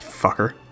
Fucker